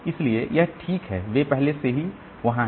इसलिए वे ठीक हैं वे पहले से ही वहां हैं